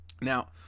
Now